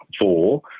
four